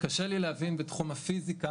קשה לי להבין בתחום הפיזיקה